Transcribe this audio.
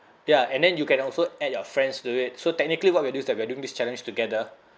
ya and then you can also add your friends to it so technically what we'll do is that we are doing this challenge together